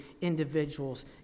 individuals